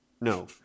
No